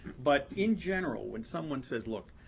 but, in general, when someone says, look,